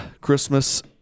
Christmas